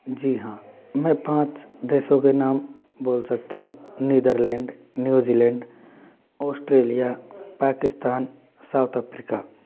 जी हाँ मैं पाँच देशों के नाम बोल सकता हूँ Netherlands New Zealand Australia Pakistan South Africa